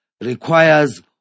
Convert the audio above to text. requires